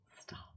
Stop